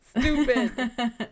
Stupid